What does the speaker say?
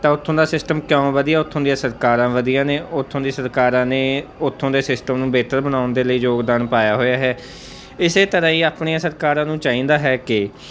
ਤਾਂ ਉੱਥੋਂ ਦਾ ਸਿਸਟਮ ਕਿਉਂ ਵਧੀਆ ਉੱਥੋਂ ਦੀਆਂ ਸਰਕਾਰਾਂ ਵਧੀਆਂ ਨੇ ਉੱਥੋਂ ਦੀ ਸਰਕਾਰਾਂ ਨੇ ਉੱਥੋਂ ਦੇ ਸਿਸਟਮ ਨੂੰ ਬਿਹਤਰ ਬਣਾਉਣ ਦੇ ਲਈ ਯੋਗਦਾਨ ਪਾਇਆ ਹੋਇਆ ਹੈ ਇਸੇ ਤਰ੍ਹਾਂ ਹੀ ਆਪਣੀਆਂ ਸਰਕਾਰਾਂ ਨੂੰ ਚਾਹੀਦਾ ਹੈ ਕਿ